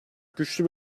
güçlü